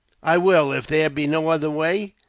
i will, if there be no other way,